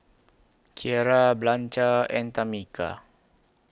Kiera Blanca and Tamica